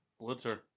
Blitzer